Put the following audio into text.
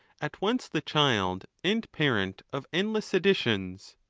at once the child and parent of endless seditions.